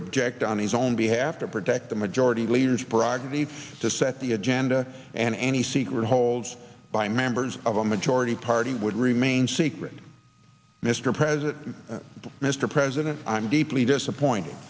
object on his own behalf to protect the majority leader's prerogative to set the agenda and any secret holds by members of a majority party would remain secret mr president mr president i'm deeply disappointed